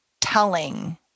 telling